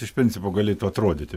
iš principo galėtų atrodyti